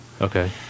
Okay